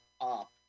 up